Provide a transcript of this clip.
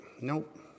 nope